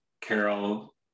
Carol